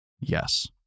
Yes